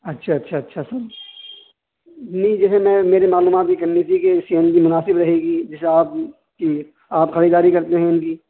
اچھا اچھا اچھا سر نہیں جیسے میں میرے معلومات یہ کرنی تھی کہ سی این جی مناسب رہے جیسے آپ جی آپ خریداری کرتے ہیں ان کی